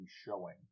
showing